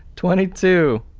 twenty two,